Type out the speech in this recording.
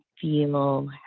feel